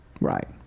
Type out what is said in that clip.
Right